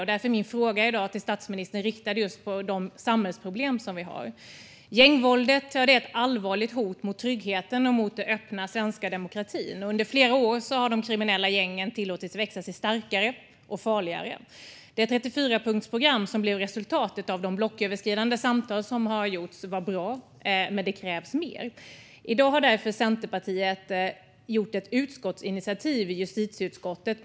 Därför riktar min fråga till statsministern i dag in sig på de samhällsproblem som finns. Gängvåldet är ett allvarligt hot mot tryggheten och mot den öppna svenska demokratin. Under flera år har de kriminella gängen tillåtits växa sig starkare och farligare. Det 34-punktsprogram som blev resultatet av de blocköverskridande samtal som har förts var bra, men det krävs mer. I dag har därför Centerpartiet lagt fram ett förslag till utskottsinitiativ i justitieutskottet.